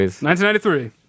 1993